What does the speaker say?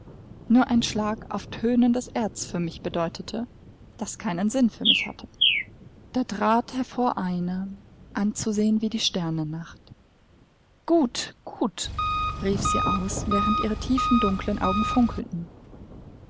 nur ein schlag auf tönendes erz für mich bedeutete das keinen sinn für mich hatte da trat hervor einer anzusehen wie die sternennacht gut gut rief sie aus während ihre tiefen dunklen augen funkelten